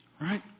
Right